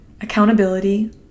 accountability